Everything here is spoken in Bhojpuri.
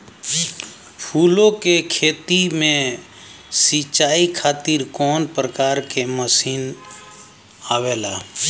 फूलो के खेती में सीचाई खातीर कवन प्रकार के मशीन आवेला?